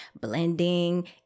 blending